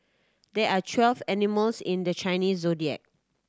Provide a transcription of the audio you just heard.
there are twelve animals in the Chinese Zodiac